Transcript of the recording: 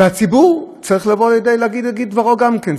הציבור צריך להגיד את דברו גם כן,